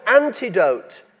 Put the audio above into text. antidote